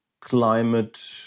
climate